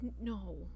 No